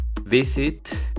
visit